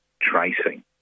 tracing